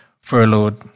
furloughed